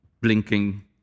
blinking